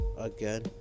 again